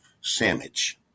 sandwich